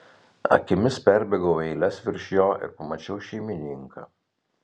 akimis perbėgau eiles virš jo ir pamačiau šeimininką